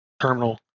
terminal